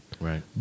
Right